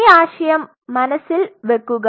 ഈ ആശയം മനസ്സിൽ വയ്ക്കുക